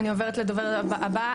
אני עוברת לדובר הבא.